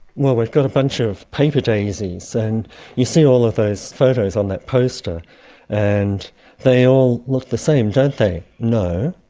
we've got a bunch of paper daisies, and you see all of those photos on that poster and they all look the same, don't they? no.